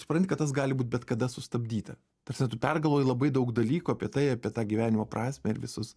supranti kad tas gali būt bet kada sustabdyta ta prasme tu pergalvoji labai daug dalykų apie tai apie tą gyvenimo prasmę ir visus